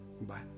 Bye